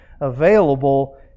available